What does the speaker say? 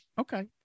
Okay